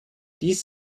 dies